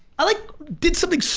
i like did something, so